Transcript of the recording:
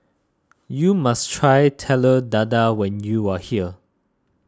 you must try Telur Dadah when you are here